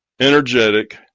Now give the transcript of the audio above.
energetic